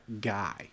guy